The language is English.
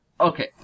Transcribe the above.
Okay